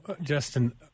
Justin